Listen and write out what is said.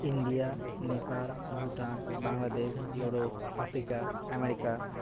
India Nepal Bhutan Bangladesh Europe Africa America